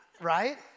Right